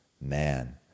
man